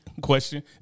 Question